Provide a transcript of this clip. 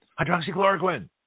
Hydroxychloroquine